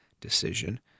decision